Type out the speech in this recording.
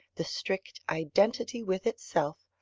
the strict identity with itself,